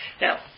Now